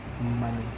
money